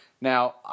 Now